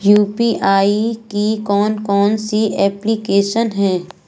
UPI की कौन कौन सी एप्लिकेशन हैं?